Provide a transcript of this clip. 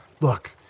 Look